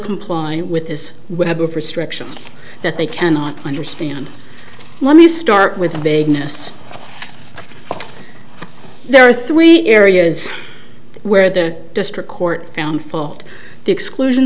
comply with his web of restrictions that they cannot understand let me start with the vagueness there are three areas where the district court found fault the exclusion